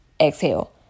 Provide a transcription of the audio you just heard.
exhale